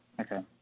Okay